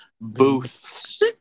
Booths